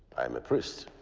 i am a priest,